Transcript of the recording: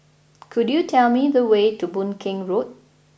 could you tell me the way to Boon Keng Road